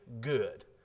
good